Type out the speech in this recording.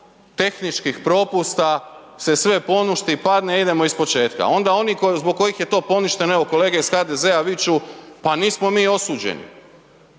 tehničkih propusta se sve poništi, padne, idemo ispočetka. A onda oni zbog kojih je to poništeno, evo kolege iz HDZ-a viču pa nismo mi osuđeni.